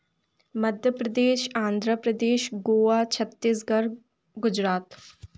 Madhya Pradesh Andhra Pradesh Goa Chhattisgarh Gujarat